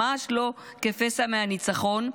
ממש לא כפסע מהניצחון,